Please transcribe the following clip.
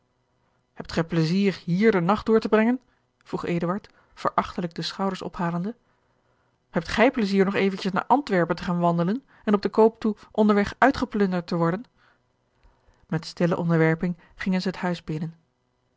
hebt gij pleizier hier den nacht door te brengen vroeg eduard verachtelijk de schouders ophalende hebt gij pleizier nog eventjes naar antwerpen te gaan wandelen en op den koop toe onder weg uitgeplunderd te worden met stille onderwerping gingen zij het huis binnen